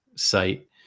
Site